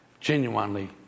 Genuinely